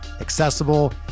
accessible